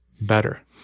better